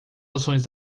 ações